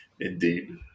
Indeed